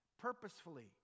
purposefully